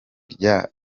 rya